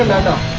and